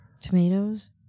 Tomatoes